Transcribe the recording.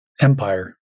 Empire